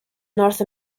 north